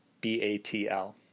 B-A-T-L